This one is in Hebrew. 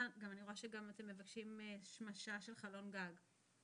אני רואה שגם אתם מבקשים שמשה של חלון גג.